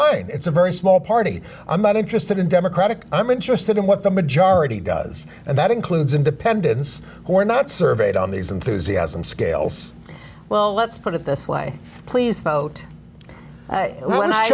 t it's a very small party i'm not interested in democratic i'm interested in what the majority does and that includes independents who are not surveyed on these enthusiasm scales well let's put it this way please vote when i